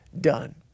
done